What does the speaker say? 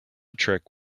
trick